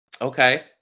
Okay